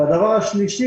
שלישית,